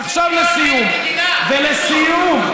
ועכשיו לסיום.